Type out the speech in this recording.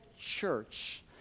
church